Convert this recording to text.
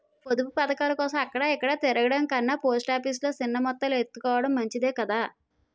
పొదుపు పదకాలకోసం అక్కడ ఇక్కడా తిరగడం కన్నా పోస్ట్ ఆఫీసు లో సిన్న మొత్తాలు ఎత్తుకోడం మంచిదే కదా